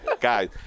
Guys